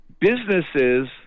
businesses